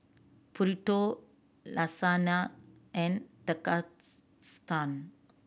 Burrito Lasagne and